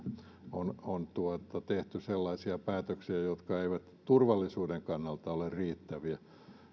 on on tehty sellaisia päätöksiä jotka eivät turvallisuuden kannalta ole riittäviä